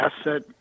asset